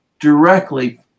directly